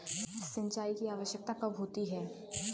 सिंचाई की आवश्यकता कब होती है?